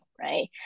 right